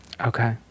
Okay